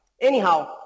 Anyhow